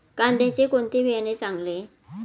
कांद्याचे कोणते बियाणे चांगले?